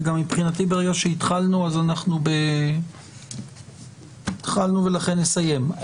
וגם מבחינתי ברגע שהתחלנו אז אנחנו ב'התחלנו ולכן נסיים'.